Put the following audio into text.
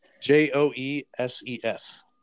J-O-E-S-E-F